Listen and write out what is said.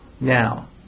now